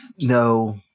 no